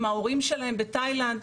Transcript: עם ההורים שלהם בתאילנד,